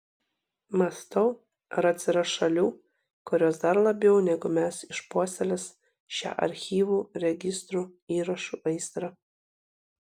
mąstau ar atsiras šalių kurios dar labiau negu mes išpuoselės šią archyvų registrų įrašų aistrą